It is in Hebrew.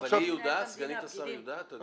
אבל סגנית השר יודעת?